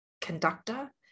conductor